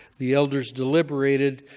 the elders deliberated,